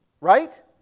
Right